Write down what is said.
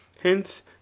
Hence